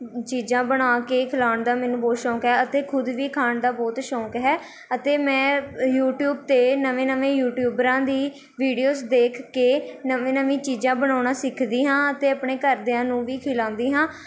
ਚੀਜ਼ਾਂ ਬਣਾ ਕੇ ਖਿਲਾਉਣ ਦਾ ਮੈਨੂੰ ਬਹੁਤ ਸ਼ੌਂਕ ਹੈ ਅਤੇ ਖੁਦ ਵੀ ਖਾਣ ਦਾ ਬਹੁਤ ਸ਼ੌਂਕ ਹੈ ਅਤੇ ਮੈਂ ਯੂਟਿਊਬ 'ਤੇ ਨਵੇਂ ਨਵੇਂ ਯੂਟਿਊਬਰਾਂ ਦੀ ਵੀਡੀਓਜ਼ ਦੇਖ ਕੇ ਨਵੀਂ ਨਵੀਂ ਚੀਜ਼ਾਂ ਬਣਾਉਣਾ ਸਿੱਖਦੀ ਹਾਂ ਅਤੇ ਆਪਣੇ ਘਰਦਿਆਂ ਨੂੰ ਵੀ ਖਿਲਾਉਂਦੀ ਹਾਂ